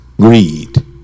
Greed